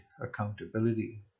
accountability